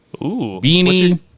beanie